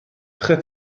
très